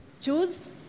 choose